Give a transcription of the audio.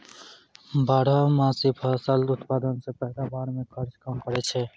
बारहमासी फसल उत्पादन से पैदावार मे खर्च कम पड़ै छै